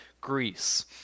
Greece